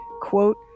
quote